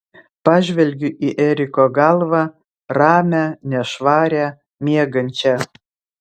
pažvelgiu į eriko galvą ramią nešvarią miegančią